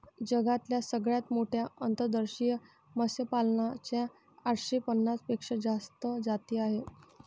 जगातल्या सगळ्यात मोठ्या अंतर्देशीय मत्स्यपालना च्या आठशे पन्नास पेक्षा जास्त जाती आहे